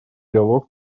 диалог